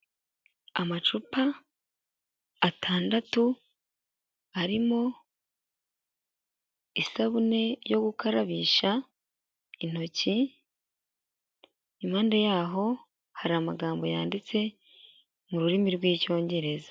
Amacupa atandatu arimo isabune yo gukarabisha intoki, impande yaho hari amagambo yanditse mu rurimi rw'Icyongereza.